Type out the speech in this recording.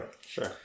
sure